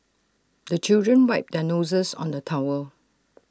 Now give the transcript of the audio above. the children wipe their noses on the towel